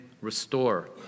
restore